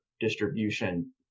distribution